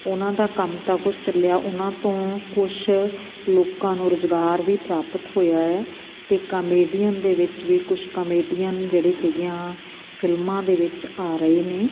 ਉਨ੍ਹਾਂ ਦਾ ਕੰਮ ਤਾਂ ਕੁਛ ਚੱਲਿਆ ਉਨ੍ਹਾਂ ਤੋਂ ਕੁਛ ਲੋਕਾਂ ਨੂੰ ਰੁਜ਼ਗਾਰ ਵੀ ਪ੍ਰਾਪਤ ਹੋਇਆ ਹੈ ਅਤੇ ਕਮੇਡੀਅਨ ਦੇ ਵਿੱਚ ਵੀ ਕੁਝ ਕਮੇਡੀਅਨ ਜਿਹੜੇ ਹੈਗੇ ਆ ਫ਼ਿਲਮਾਂ ਦੇ ਵਿੱਚ ਆ ਰਹੇ ਨੇ